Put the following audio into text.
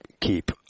keep